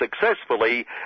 successfully